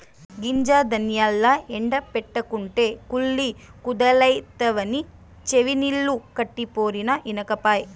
గింజ ధాన్యాల్ల ఎండ బెట్టకుంటే కుళ్ళి కుదేలైతవని చెవినిల్లు కట్టిపోరినా ఇనకపాయె